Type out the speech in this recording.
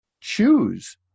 choose